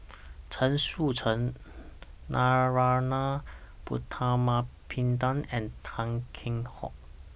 Chen Sucheng Narana Putumaippittan and Tan Kheam Hock